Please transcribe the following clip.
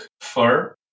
fur